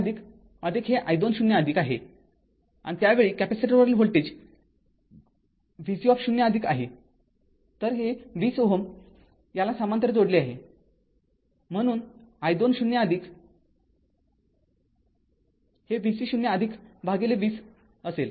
आता i २0 हे i २0 आहे आणि त्या वेळी कॅपेसिटरवरील व्होल्टेज vc 0 आहे तर हे २० Ω याला समांतर जोडले आहे म्हणून i २0 हे vc 0 भागिले २० असेल